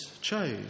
chose